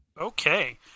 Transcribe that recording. Okay